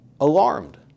alarmed